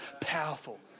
powerful